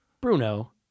Bruno